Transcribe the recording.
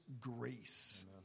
grace